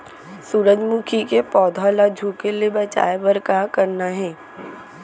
सूरजमुखी के पौधा ला झुके ले बचाए बर का करना हे?